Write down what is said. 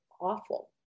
awful